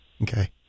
Okay